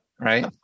Right